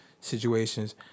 situations